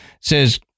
says